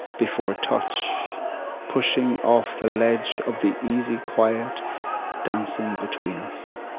before touch pushing off the ledge of the easy quiet dancing between us.